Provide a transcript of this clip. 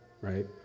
right